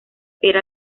era